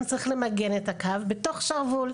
צריך למגן את הקו בתוך שרוול.